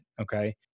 Okay